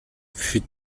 fut